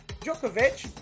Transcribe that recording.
Djokovic